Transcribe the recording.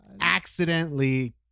accidentally